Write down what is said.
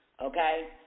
okay